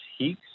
Heeks